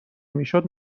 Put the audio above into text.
میشد